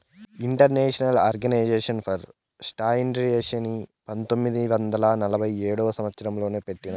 international organisation for స్టాండర్డయిజేషన్ని పంతొమ్మిది వందల నలభై ఏడవ సంవచ్చరం లో పెట్టినారు